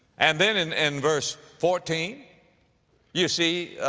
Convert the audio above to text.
and then, in, in verse fourteen you see,